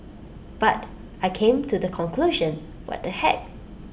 but I came to the conclusion what the heck